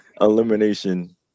elimination